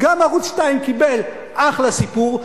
גם ערוץ-2 קיבל אחלה סיפור.